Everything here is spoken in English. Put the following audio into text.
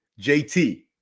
JT